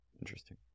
Interesting